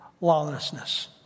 lawlessness